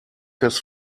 his